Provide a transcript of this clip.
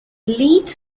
leeds